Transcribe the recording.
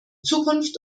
zukunft